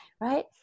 right